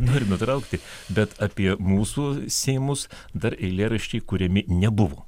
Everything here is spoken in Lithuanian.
noriu nutraukti bet apie mūsų seimus dar eilėraščiai kuriami nebuvo